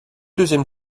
deuxième